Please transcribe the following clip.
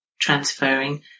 transferring